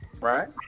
right